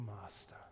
master